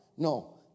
No